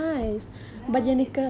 right